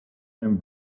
and